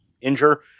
injure